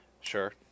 Sure